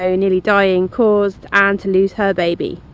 so nearly dying. caused anne to lose her baby.